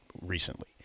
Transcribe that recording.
recently